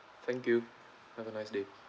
thank you have a nice day